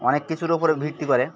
অনেক কিছুর ওপরে ভিত্তি করে